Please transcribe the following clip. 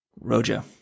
Rojo